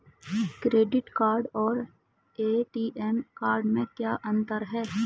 Credit card और ATM card में क्या अंतर है?